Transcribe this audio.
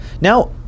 Now